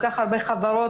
כל כך הרבה חברות,